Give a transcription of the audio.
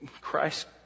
Christ